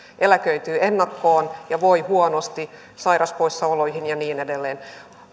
eläköityvät ennakkoon ja voivat huonosti sairauspoissaoloihin ja niin edelleen